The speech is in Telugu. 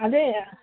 అదే